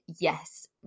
yes